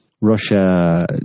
Russia